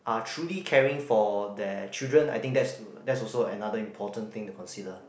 are truly caring for their children I think that's that's also another important thing to consider